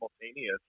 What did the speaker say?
simultaneous